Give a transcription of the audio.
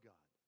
God